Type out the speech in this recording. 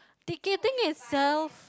ticketing itself